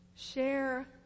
Share